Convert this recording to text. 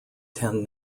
ten